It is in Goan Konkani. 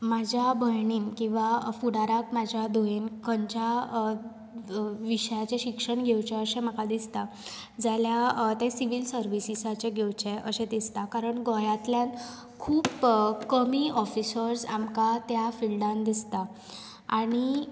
म्हाज्या भयणीन किंवा फुडाराक म्हज्या धुंवेन किंवां खंयच्या विशयाचे शिक्षण घेंवचें अशें म्हाका दिसतां जाल्यार तें सिवील सर्विसीसाचे घेवचें अशें दिसतां कारण गोंयातल्यान खूब कमी ऑफिसर्स आमकां त्या फिल्डान दिसतात आनी